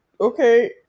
Okay